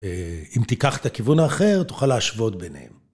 אם תיקח את הכיוון האחר, תוכל להשוות ביניהם.